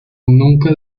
nunca